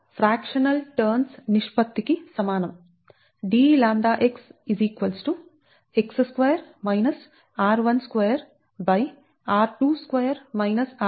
dλx fractional turns నిష్పత్తి కి సమానం dλx x2 r12 r22 r12